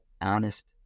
honest